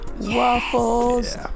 Waffles